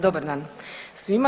Dobar dan svima.